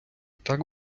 так